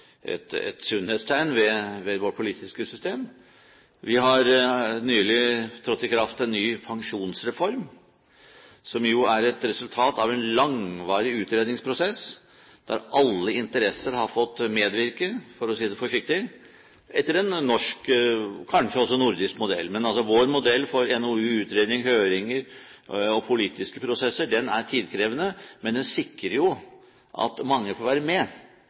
resultat av en langvarig utredningsprosess der alle interesser har fått medvirke, for å si det forsiktig, etter en norsk, og kanskje også nordisk modell. Men vår modell for NOU, utredninger, høringer og politiske prosesser er tidkrevende, men den sikrer at mange får være med.